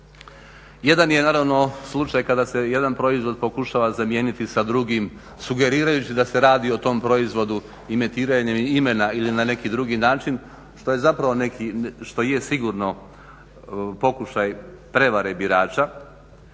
Jedan je naravno slučaj kada se jedan proizvod pokušava zamijeniti sa drugim sugerirajući da se radi o tom proizvodu imitiranjem imena ili na neki drugi način što je sigurno pokušaj prevare birača,